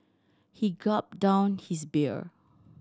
he gulped down his beer